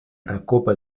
recopa